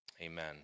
Amen